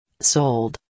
sold